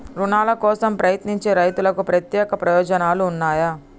రుణాల కోసం ప్రయత్నించే రైతులకు ప్రత్యేక ప్రయోజనాలు ఉన్నయా?